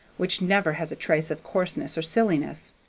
which never has a trace of coarseness or silliness.